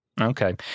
Okay